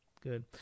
good